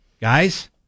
guys